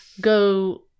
go